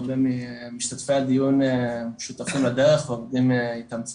הרבה ממשתתפי הדיון שותפים לדרך ועובדים איתם צמוד.